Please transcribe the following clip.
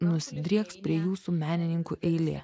nusidrieks prie jūsų menininkų eilė